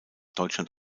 deutschland